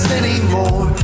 anymore